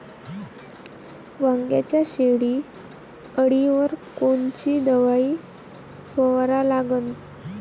वांग्याच्या शेंडी अळीवर कोनची दवाई फवारा लागन?